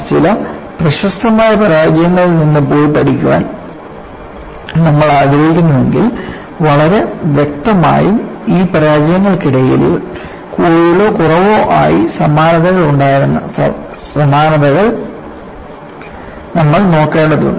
ചില പ്രശസ്തമായ പരാജയങ്ങളിൽ നിന്ന് പോയി പഠിക്കാൻ നമ്മൾ ആഗ്രഹിക്കുന്നുവെങ്കിൽ വളരെ വ്യക്തമായതും ഈ പരാജയങ്ങൾക്കിടയിൽ കൂടുതലോ കുറവോ ആയി സമാനതകൾ ഉണ്ടായിരുന്ന സവിശേഷതകൾ നമ്മൾ നോക്കേണ്ടതുണ്ട്